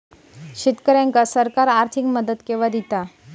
शेतकऱ्यांका सरकार आर्थिक मदत केवा दिता?